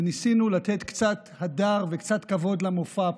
וניסינו לתת קצת הדר וקצת כבוד למופע פה,